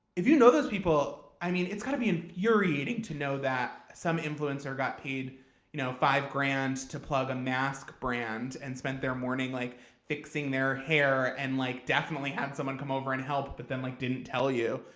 if you know those people, i mean, it's got to be infuriating to know that some influencer got paid you know five grand to plug a mask brand and spent their morning like fixing their hair and like definitely had someone come over and help but then like didn't tell you.